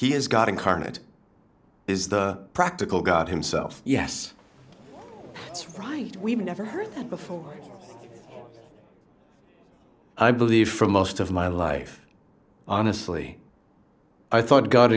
is god incarnate is the practical god himself yes it's right we've never heard before i believe for most of my life honestly i thought god